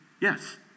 Yes